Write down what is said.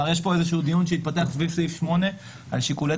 יש פה דיון שהתפתח סביב סעיף 8 על שיקולי